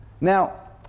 Now